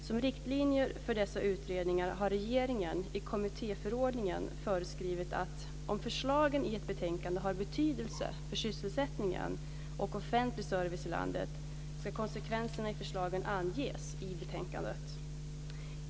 Som riktlinjer för dessa utredningar har regeringen i kommittéförordningen föreskrivit att om förslagen i ett betänkande har betydelse för sysselsättning och offentlig service i landet så ska konsekvenserna av förslagen anges i betänkandet.